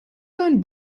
sein